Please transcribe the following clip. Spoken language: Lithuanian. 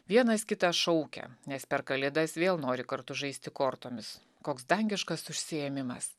vienas kitą šaukia nes per kalėdas vėl nori kartu žaisti kortomis koks dangiškas užsiėmimas